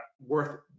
worth